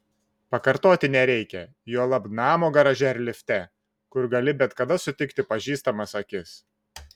pakartoti nereikia juolab namo garaže ar lifte kur gali bet kada sutikti pažįstamas akis